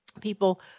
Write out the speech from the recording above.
People